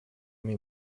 mean